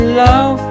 love